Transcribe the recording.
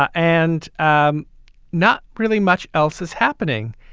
ah and and not really much else is happening.